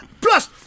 Plus